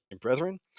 Brethren